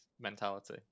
mentality